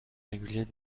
régulier